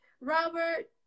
Robert